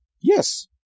Yes